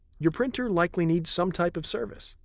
your printer likely needs some type of service.